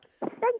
Thank